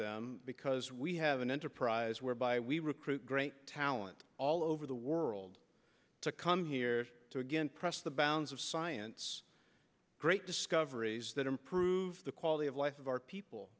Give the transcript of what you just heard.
them because we have an enterprise whereby we recruit great talent all over the world to come here to again press the bounds of science great discoveries that improve the quality of life of our people